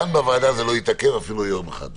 כאן בוועדה זה לא יתעכב אפילו לא יום אחד.